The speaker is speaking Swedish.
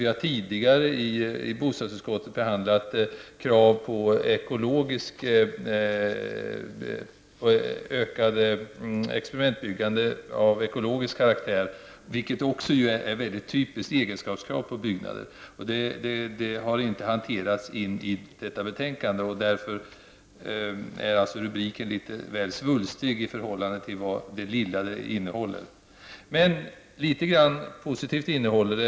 Vi har tidigare i bostadsutskottet behandlat krav på ökat experimentbyggande av ekologisk karaktär, vilket ju också är ett mycket typiskt egenskapskrav på byggnader. Det har inte hanterats i detta betänkande. Därför är kanske rubriken litet väl svulstig i förhållande till det lilla som betänkandet innehåller. Men litet grand positivt innehåller det.